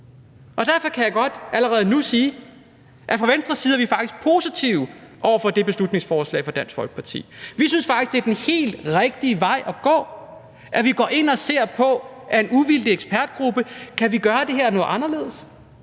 derfor kan jeg godt allerede nu sige, at fra Venstres side er vi faktisk positive over for det her beslutningsforslag fra Dansk Folkeparti. Vi synes faktisk, det er den helt rigtige vej at gå, at vi går ind og ser på, med en uvildig ekspertgruppe: Kan vi gøre det her noget anderledes?